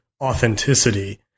authenticity